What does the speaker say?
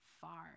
far